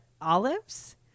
olives